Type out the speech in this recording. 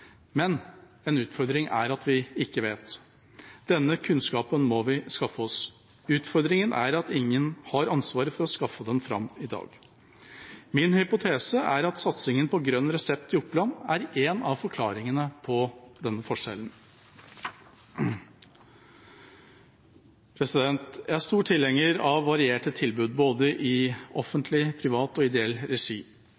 men en utfordring er at vi ikke vet. Denne kunnskapen må vi skaffe oss. Utfordringen er at ingen har ansvaret for å skaffe den fram i dag. Min hypotese er at satsingen på grønn resept i Oppland er en av forklaringene på denne forskjellen. Jeg er stor tilhenger av varierte tilbud både i offentlig, privat og ideell regi.